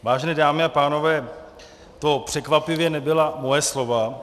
Vážené dámy a pánové, to překvapivě nebyla moje slova.